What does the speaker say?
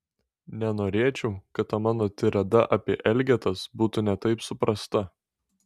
nenorėčiau kad ta mano tirada apie elgetas būtų ne taip suprasta